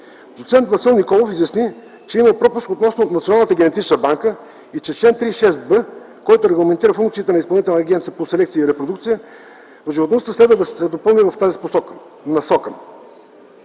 Доцент Васил Николов изясни, че има пропуск относно националната генетична банка и че чл. 3б, който регламентира функциите на Изпълнителната агенция по селекция и репродукция в животновъдството, следва да се допълни в тази насока.